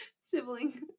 sibling